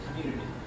community